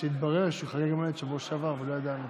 שהתברר שהוא חגג יום הולדת בשבוע שעבר ולא ידענו,